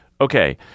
Okay